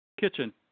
kitchen